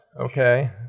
Okay